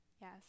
Yes